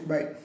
Bye